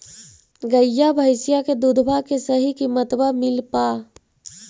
गईया भैसिया के दूधबा के सही किमतबा मिल पा?